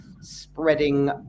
spreading